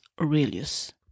Aurelius